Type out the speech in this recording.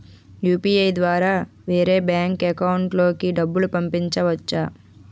UPI ద్వారా వేరే bank account లోకి డబ్బులు పంపించవచ్చా?